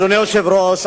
אדוני היושב-ראש,